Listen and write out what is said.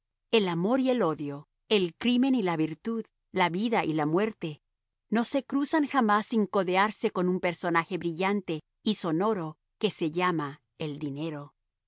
el amor y el odio el crimen y la virtud la vida y la muerte no se cruzan jamás sin codearse con un personaje brillante y sonoro que se llama el dinero